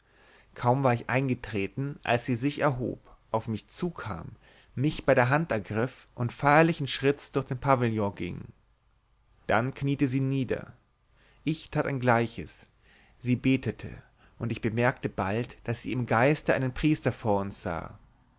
kaum war ich eingetreten als sie sich erhob auf mich zukam mich bei der hand ergriff und feierlichen schritts durch den pavillon ging dann kniete sie nieder ich tat ein gleiches sie betete und ich bemerkte bald daß sie im geiste einen priester vor uns sah